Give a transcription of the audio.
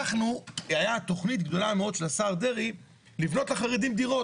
הייתה תכנית גדולה מאוד של השר דרעי לבנות לחרדים דירות.